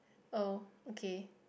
oh okay